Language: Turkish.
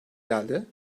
geldi